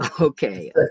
Okay